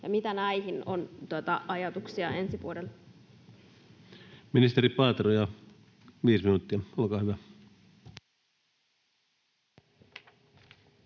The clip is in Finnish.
ajatuksia näihin on ensi vuodelle? Ministeri Paatero, viisi minuuttia, olkaa hyvä.